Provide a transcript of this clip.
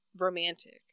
romantic